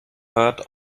heard